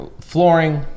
flooring